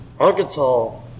Arkansas